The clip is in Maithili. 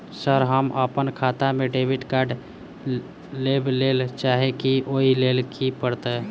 सर हम अप्पन खाता मे डेबिट कार्ड लेबलेल चाहे छी ओई लेल की परतै?